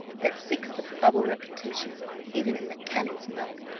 that seeks the bubble reputation even in the cannon's mouth,